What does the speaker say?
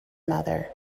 mother